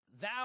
Thou